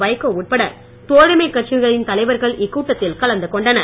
வைகோ உட்பட தோழமை கட்சிகளின் தலைவர்கள் இக்கூட்டத்தில் கலந்து கொண்டனர்